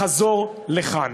לחזור לכאן.